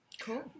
Cool